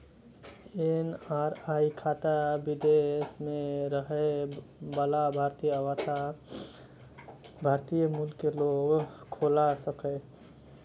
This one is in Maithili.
एन.आर.आई खाता विदेश मे रहै बला भारतीय अथवा भारतीय मूल के लोग खोला सकैए